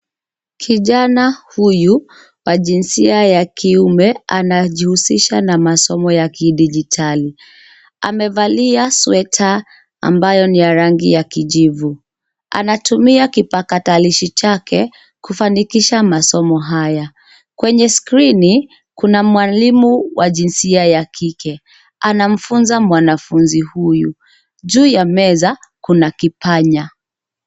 Kijana huyu wa jinsia ya kiume anajihusisha na masomo ya kidijitali. Amevalia sweater ambayo ni ya rangi ya kijivu. Anatumia kipakatallishi chake kufanikisha masomo haya. Kwenye skrini, kuna mwalimu wa jinsia ya kike, anamfunza mwanafunzi huyu. Juu ya meza kuna kipanya.